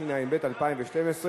התשע"ב 2012,